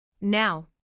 Now